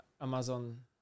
Amazon